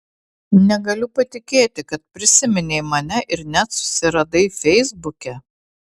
negaliu patikėti kad prisiminei mane ir net susiradai feisbuke